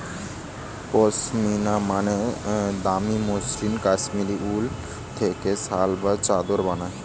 পশমিনা মানে দামি মসৃণ কাশ্মীরি উল থেকে শাল বা চাদর বানায়